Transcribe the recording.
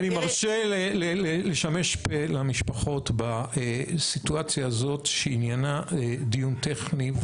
אני מרשה לשמש פה למשפחות בסיטואציה הזאת שעניינה דיון טכני.